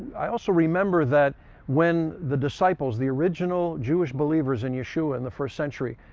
i also remember that when the disciples, the original jewish believers in yeshua in the first century,